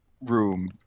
room